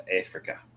Africa